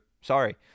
Sorry